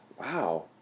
Wow